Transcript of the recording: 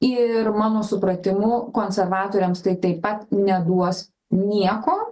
ir mano supratimu konservatoriams tai taip pat neduos nieko